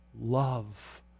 Love